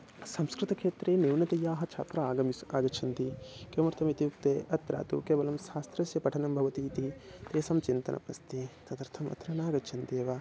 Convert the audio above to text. संस्कृतक्षेत्रे न्यूनतायाः छात्राः आगमिष्यन्ति आगच्छन्ति किमर्थमित्युक्ते अत्र तु केवलं शास्त्रस्य पठनं भवति इति तेषां चिन्तनमस्ति तदर्थमत्र नागच्छन्त्येव